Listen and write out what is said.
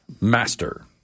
Master